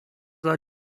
are